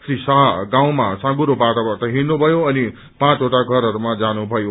श्री शाह गाउँमा सौँगुरो बाटोबाट हिइनु भयो अनि पाँचवटा घरहरूमा जानुभयो